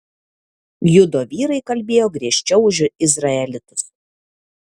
judo vyrai kalbėjo griežčiau už izraelitus